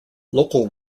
local